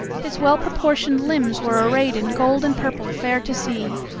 his well proportioned limbs were arrayed in gold and purple fair to see,